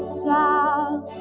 south